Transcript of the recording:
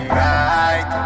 right